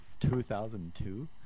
2002